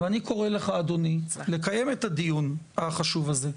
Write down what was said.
ואני קורא לך אדוני, לקיים את הדיון החשוב הזה,